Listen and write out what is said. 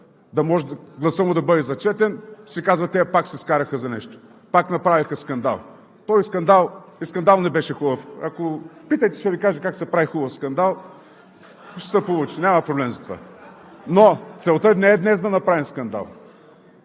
да може гласът му да бъде зачетен, си казва: тези пак се скараха за нещо, пак направиха скандал. То и скандалът не беше хубав. Ако питате, ще Ви кажа как се прави хубав скандал, ще се получи, няма проблем за това. Но целта не е днес да направим скандал.